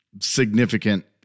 significant